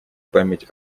память